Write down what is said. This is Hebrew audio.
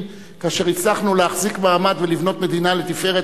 כאשר הצלחנו להחזיק מעמד ולבנות מדינה לתפארת,